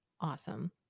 Awesome